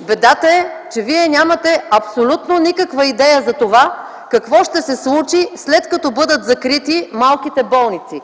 Бедата е, че Вие нямате абсолютно никаква идея какво ще се случи след като бъдат закрити малките болници.